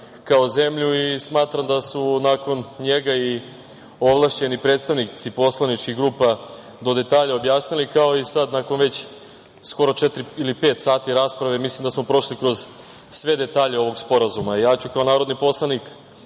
kao zemlju i smatram da su nakon njega i ovlašćeni predstavnici poslaničkih grupa do detalja objasnili, kao i sad, nakon već skoro četiri ili pet sati rasprave, mislim da smo prošli kroz sve detalje ovog sporazuma. Ja ću kao narodni poslanik